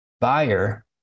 buyer